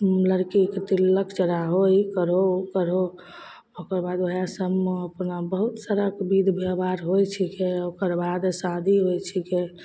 लड़कीके तिलक चढ़ाहो ई करहो ओ करहो ओकरबाद वहए सबमे बहुत सारा बिध बेहवार होइ छिकै ओकरबाद शादी होइ छिकै